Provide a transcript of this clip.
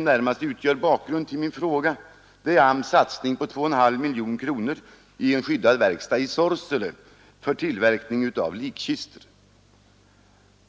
närmast det som utgör bakgrund till min fråga — är den satsning som AMS har gjort med 2,5 miljoner kronor på en skyddad verkstad i Sorsele för tillverkning av likkistor.